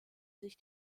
sich